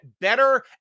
better